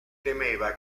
temeva